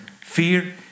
Fear